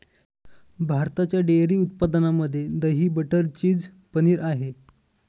भारताच्या डेअरी उत्पादनामध्ये दही, बटर, चीज, पनीर आहे